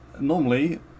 normally